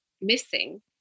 missing